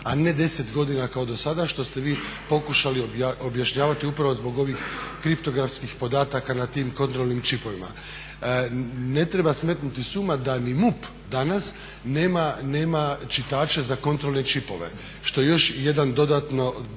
a ne 10 godina kao do sada što ste vi pokušali objašnjavati upravo zbog ovih kriptografskih podataka na tim kontrolnim čipovima. Ne treba smetnuti s uma da ni MUP danas nema čitaće za kontrolne čipove, što je još jedan dodatan trošak